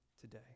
today